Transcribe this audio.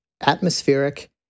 atmospheric